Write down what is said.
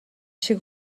шиг